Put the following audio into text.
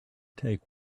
take